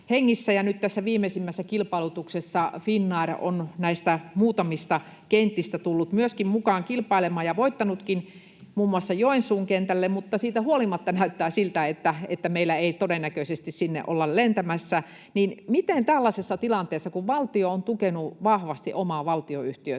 Nyt tässä viimeisimmässä kilpailutuksessa Finnair on näistä muutamista kentistä tullut myöskin mukaan kilpailemaan ja voittanutkin muun muassa Joensuun kentän, mutta siitä huolimatta näyttää siltä, että meillä ei todennäköisesti sinne olla lentämässä. Onko tällaisessa tilanteessa, kun valtio on tukenut vahvasti omaa valtionyhtiötä,